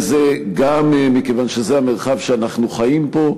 היא זקוקה לזה גם מכיוון שזה המרחב שאנחנו חיים בו